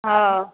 हँ